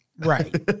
Right